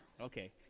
Okay